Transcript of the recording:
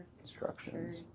instructions